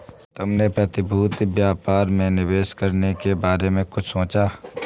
तुमने प्रतिभूति व्यापार में निवेश करने के बारे में कुछ सोचा?